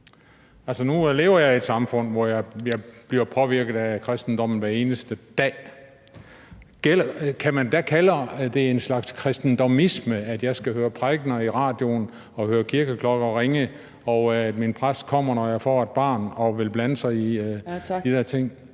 nu lever jeg i et samfund, hvor jeg bliver påvirket af kristendommen hver eneste dag. Kan man da kalde det en slags kristendomisme, at jeg skal høre prædikener i radioen og høre kirkeklokker ringe, og at min præst kommer, når jeg får et barn, og vil blande sig i de der ting?